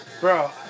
Bro